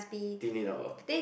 thin it out ah